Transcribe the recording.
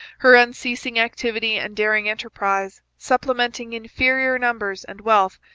her unceasing activity and daring enterprise, supplementing inferior numbers and wealth,